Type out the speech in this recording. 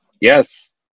Yes